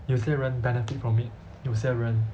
有些人 benefit from it 有些人